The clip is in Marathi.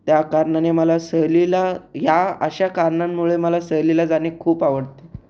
त्या कारणाने मला सहलीला या अशा कारणांमुळे मला सहलीला जाणे खूप आवडते